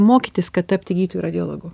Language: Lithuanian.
mokytis kad tapti gydytoju radiologu